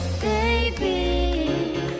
Baby